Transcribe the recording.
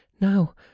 Now